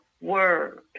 word